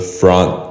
front